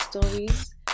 stories